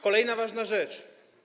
Kolejna ważna rzecz.